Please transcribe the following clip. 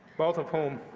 both of whom